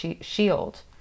shield